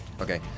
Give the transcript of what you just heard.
Okay